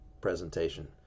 presentation